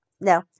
No